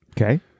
Okay